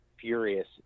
furious